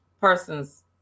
person's